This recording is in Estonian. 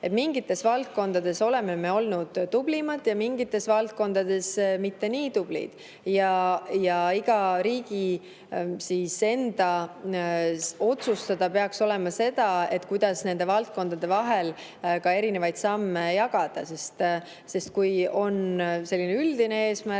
Mingites valdkondades oleme me olnud tublimad ja mingites valdkondades mitte nii tublid ja iga riigi enda otsustada peaks olema see, kuidas nende valdkondade vahel samme jagada. Kui on selline üldine eesmärk,